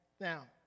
Now